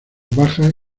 bajas